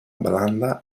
blanda